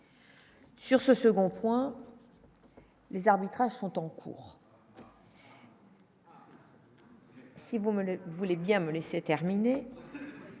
Sur ce second point, les arbitrages sont en cours. Si vous me le voulait bien me laisser terminer.